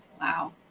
Wow